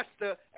master